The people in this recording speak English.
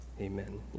Amen